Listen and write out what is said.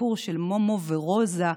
בסיפור של מומו ורוזה,